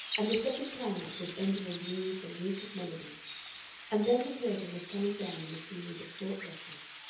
and the second climax was ending in wreaths and reek of melodies and then the curtain was coming down in a series of short rushes,